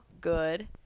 good